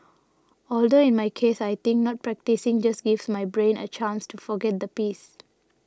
although in my case I think not practising just gives my brain a chance to forget the piece